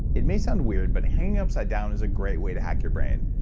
it may sound weird but hanging upside down is a great way to hack your brain.